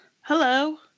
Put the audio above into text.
Hello